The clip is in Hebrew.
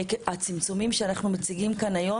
הצמצומים שאנחנו מציגים כאן היום